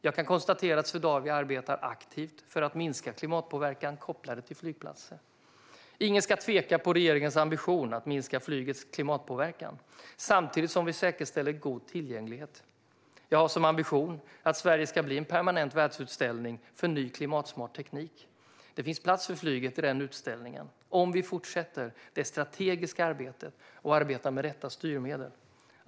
Jag kan konstatera att Swedavia arbetar aktivt för att minska klimatpåverkan kopplad till flygplatser. Ingen ska tvivla på regeringens ambition att minska flygets klimatpåverkan samtidigt som vi säkerställer en god tillgänglighet. Jag har som ambition att Sverige ska bli en permanent världsutställning för ny klimatsmart teknik. Det finns plats för flyget i den utställningen om vi fortsätter det strategiska arbetet och arbetar med rätta styrmedel.